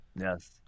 yes